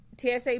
TSA